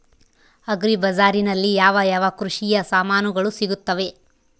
Agri ಬಜಾರಿನಲ್ಲಿ ಯಾವ ಯಾವ ಕೃಷಿಯ ಸಾಮಾನುಗಳು ಸಿಗುತ್ತವೆ?